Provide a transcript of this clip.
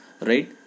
right